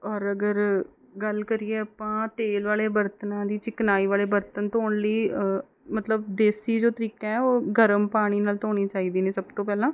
ਔਰ ਅਗਰ ਗੱਲ ਕਰੀਏ ਆਪਾਂ ਤੇਲ ਵਾਲੇ ਬਰਤਨਾਂ ਦੀ ਚਿਕਨਾਈ ਵਾਲੇ ਬਰਤਨ ਧੋਣ ਲਈ ਮਤਲਬ ਦੇਸੀ ਜੋ ਤਰੀਕਾ ਹੈ ਉਹ ਗਰਮ ਪਾਣੀ ਨਾਲ ਧੋਣੇ ਚਾਹੀਦੇ ਨੇ ਸਭ ਤੋਂ ਪਹਿਲਾਂ